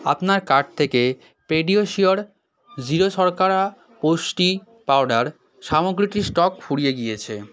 আপনার কার্ট থেকে PediaSure zero শর্করা পুষ্টি পাউডার সামগ্রীটির স্টক ফুরিয়ে গিয়েছে